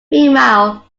meanwhile